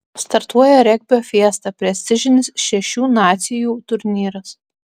startuoja regbio fiesta prestižinis šešių nacijų turnyras